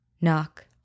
Knock